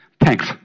Thanks